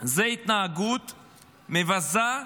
זו התנהגות מבזה,